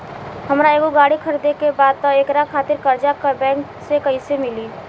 हमरा एगो गाड़ी खरीदे के बा त एकरा खातिर कर्जा बैंक से कईसे मिली?